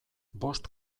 bost